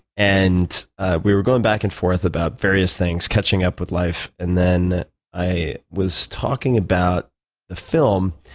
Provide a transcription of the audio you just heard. and we were going back and forth about various things, catching up with life. and then i was talking about the film,